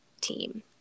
team